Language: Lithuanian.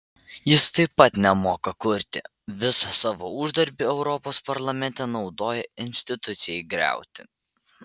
jis taip pat nemoka kurti visą savo uždarbį europos parlamente naudoja institucijai griauti